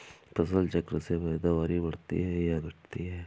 फसल चक्र से पैदावारी बढ़ती है या घटती है?